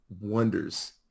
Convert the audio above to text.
wonders